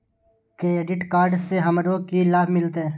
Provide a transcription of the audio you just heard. Credit card से हमरो की लाभ मिलते?